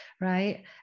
right